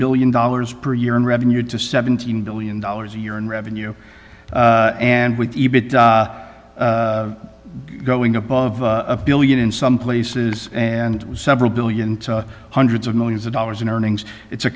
billion dollars per year in revenue to seventeen billion dollars a year in revenue and with even going above a billion in some places and several billion hundreds of millions of dollars in earnings it's a